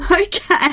Okay